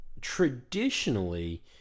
traditionally